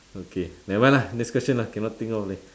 okay never mind lah next question lah cannot think of leh